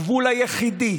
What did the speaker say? הגבול היחידי